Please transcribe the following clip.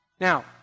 Now